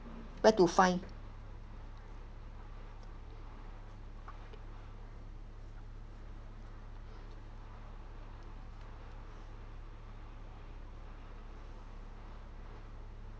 where to find